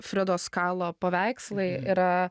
fredos kalo paveikslai yra